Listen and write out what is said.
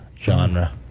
genre